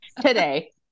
Today